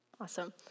Awesome